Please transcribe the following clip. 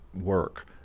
work